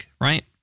right